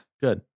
Good